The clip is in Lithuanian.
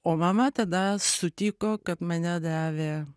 o mama tada sutiko kad mane davė